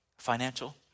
Financial